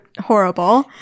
horrible